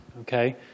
okay